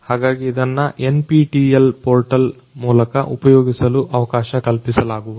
ಹಾಗಾಗಿ ಇದನ್ನು NPTELಪೋರ್ಟಲ್ ಮೂಲಕ ಉಪಯೋಗಿಸಲು ಅವಕಾಶ ಕಲ್ಪಿಸಲಾಗುವುದು